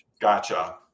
Gotcha